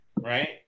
right